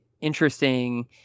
interesting